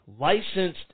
licensed